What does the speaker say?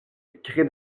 crée